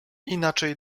inaczej